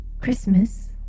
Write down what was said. Christmas